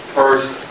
first